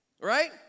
Right